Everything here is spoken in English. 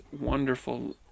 wonderful